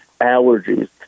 allergies